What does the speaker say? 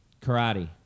Karate